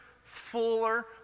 fuller